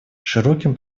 широким